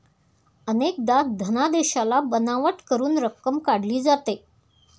अनेकदा धनादेशाला बनावट करून रक्कम काढली जाते